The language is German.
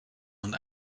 und